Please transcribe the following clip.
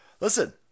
Listen